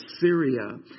Syria